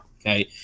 Okay